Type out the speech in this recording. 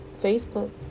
Facebook